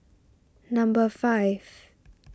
number five